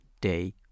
day